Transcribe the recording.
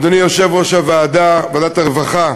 אדוני יושב-ראש ועדת הרווחה,